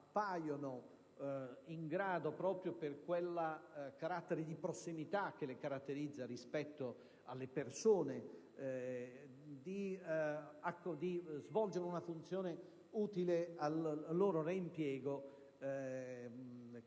appaiono in grado - proprio per la prossimità che le caratterizza rispetto alle persone - di svolgere una funzione utile al loro reimpiego, quale spesso